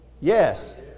Yes